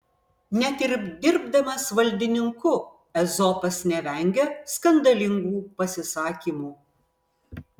net ir dirbdamas valdininku ezopas nevengia skandalingų pasisakymų